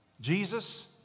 Jesus